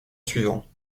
suivant